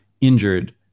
injured